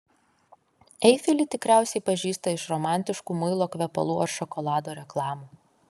eifelį tikriausiai pažįsta iš romantiškų muilo kvepalų ar šokolado reklamų